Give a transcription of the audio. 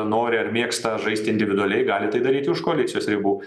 nori ar mėgsta žaisti individualiai gali tai daryti už koalicijos ribų